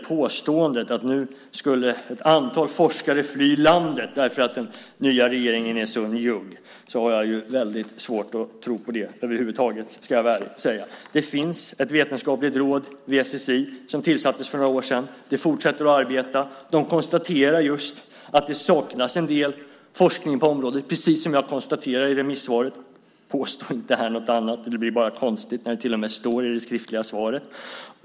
Påståendet att ett antal forskare nu skulle fly landet därför att den nya regeringen är så njugg har jag väldigt svårt att tro på över huvud taget, ska jag ärligt säga. Det finns ett vetenskapligt råd vid SSI som tillsattes för några år sedan. Det fortsätter att arbeta och konstaterar att det saknas en del forskning på området, precis som jag konstaterade i remissvaret. Påstå inte något annat, det blir bara konstigt. Det till och med står så i det skriftliga svaret.